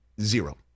Zero